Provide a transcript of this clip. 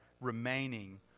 remaining